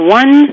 one